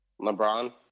LeBron